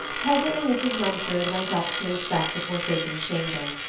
presently mrs. mumford went up to inspect the forsaken chamber.